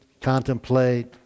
contemplate